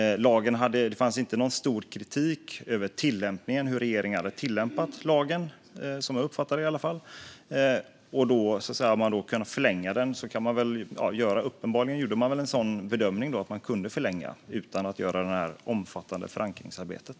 Det fanns heller ingen stor kritik mot hur regeringen tillämpat lagen, i alla fall som jag uppfattade det. Uppenbarligen gjorde man då bedömningen att man kunde förlänga den utan att göra det här omfattande förankringsarbetet.